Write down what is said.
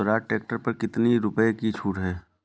Swaraj tractor पर कितनी रुपये की छूट है?